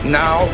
now